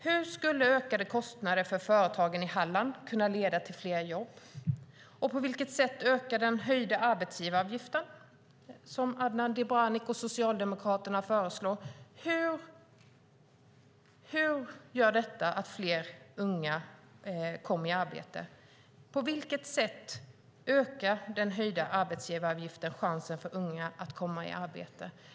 Hur skulle ökade kostnader för företagen i Halland kunna leda till fler jobb, och på vilket sätt gör den höjda arbetsgivaravgiften, som Adnan Dibrani och Socialdemokraterna föreslår, att fler unga kommer i arbete? På vilket sätt ökar den höjda arbetsgivaravgiften chansen för unga att komma i arbete?